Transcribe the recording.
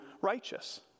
righteous